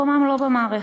מקומם לא במערכת,